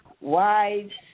wives